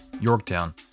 Yorktown